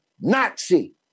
Nazi